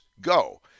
go